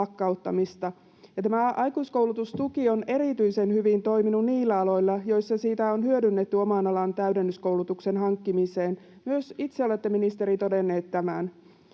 lakkauttamista. Tämä aikuiskoulutustuki on erityisen hyvin toiminut niillä aloilla, joilla sitä on hyödynnetty oman alan täydennyskoulutuksen hankkimiseen. Myös itse olette, ministeri, todennut tämän.